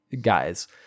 guys